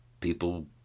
people